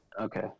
Okay